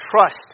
trust